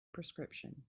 prescription